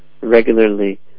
regularly